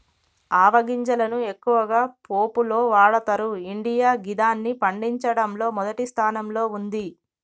ఆవ గింజలను ఎక్కువగా పోపులో వాడతరు ఇండియా గిదాన్ని పండించడంలో మొదటి స్థానంలో ఉంది